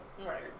right